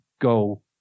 go